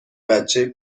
بچه